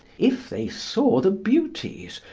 if they saw the beauties,